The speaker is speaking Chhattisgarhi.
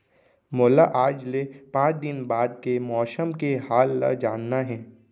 मोला आज ले पाँच दिन बाद के मौसम के हाल ल जानना हे?